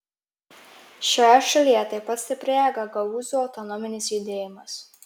šioje šalyje taip pat stiprėja gagaūzų autonominis judėjimas